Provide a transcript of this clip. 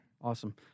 Awesome